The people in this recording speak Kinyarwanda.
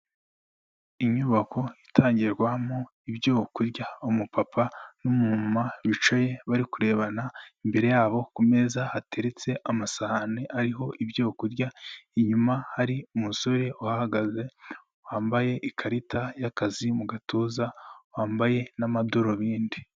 Inyubako itangirwamo ibyo kurya, umupapa n'umumama bicaye bari kurebana, imbere yabo ku meza hateretse amasahani ariho ibyo kurya, inyuma hari umusore uhahagaze wambaye ikarita y'akazi mu gatuza, wambaye n'amadarubindi.